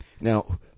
now